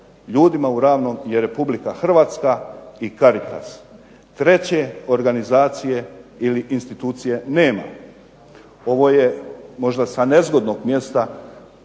ljudima u Ravnom je Republika Hrvatska i Caritas. Treće organizacije ili institucije nema. Ovo je možda sa nezgodnog mjesta